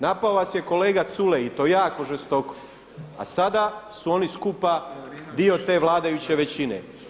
Napao vas je kolega Culej i to jako žestoko a sada su oni skupa dio te vladajuće većine.